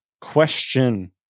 question